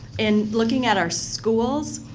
and looking at our schools,